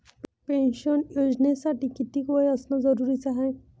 Pension योजनेसाठी कितीक वय असनं जरुरीच हाय?